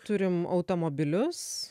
turim automobilius